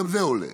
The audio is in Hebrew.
גם זה עולה,